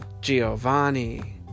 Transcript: giovanni